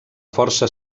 força